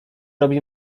robi